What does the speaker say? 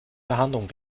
behandlung